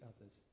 others